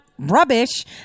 rubbish